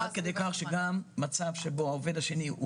עד כדי כך שגם מצב שבו העובד השני או